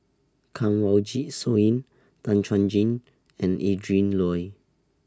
Kanwaljit Soin Tan Chuan Jin and Adrin Loi